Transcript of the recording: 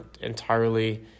entirely